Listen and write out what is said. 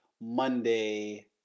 Monday